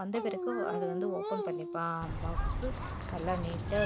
வந்த பிறகு அது வந்து ஓப்பன் பண்ணி பாக் பாக்ஸு எல்லாம் நீட்டா